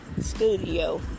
studio